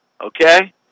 Okay